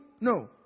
No